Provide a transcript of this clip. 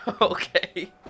okay